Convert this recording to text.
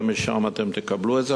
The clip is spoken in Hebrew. ומשם אתם תקבלו את זה.